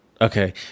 Okay